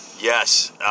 Yes